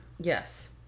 Yes